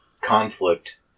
conflict